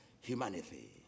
humanity